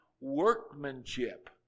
workmanship